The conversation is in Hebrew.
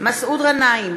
מסעוד גנאים,